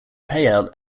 payout